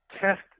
test